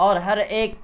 اور ہر ایک